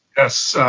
yes,